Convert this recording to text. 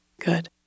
Good